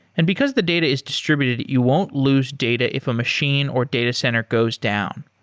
and because the data is distributed, you won't lose data if a machine or data center goes down.